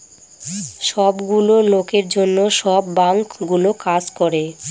সব গুলো লোকের জন্য সব বাঙ্কগুলো কাজ করে